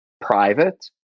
private